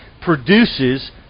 produces